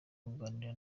kuganira